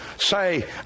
say